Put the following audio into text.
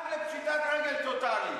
עד לפשיטת רגל טוטלית.